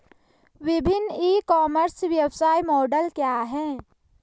विभिन्न e commerce व्यवसाय model क्या हैं?